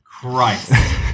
Christ